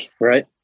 Right